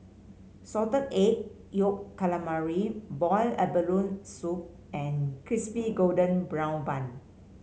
Salted Egg Yolk Calamari Boiled Abalone Soup and Crispy Golden Brown Bun